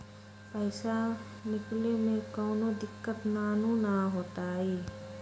पईसा निकले में कउनो दिक़्क़त नानू न होताई?